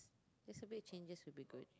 just a bit changes will be good